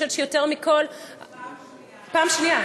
פעם שנייה.